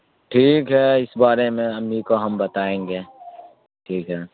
ٹھیک ہے اس بارے میں امی کو ہم بتائیں گے ٹھیک ہے